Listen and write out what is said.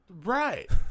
Right